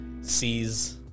sees